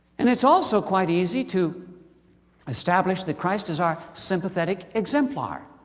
and it's also quite easy to establish that christ is our sympathetic exemplar,